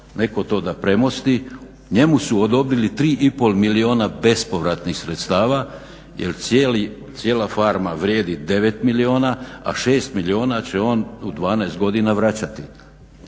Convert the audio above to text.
neko to da premosti, njemu su odobrili 3,5 milijuna bespovratnih sredstava jer cijela farma vrijedi 9 milijuna, a 6 milijuna će on u 12 godina vraćati.